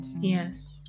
yes